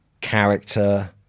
character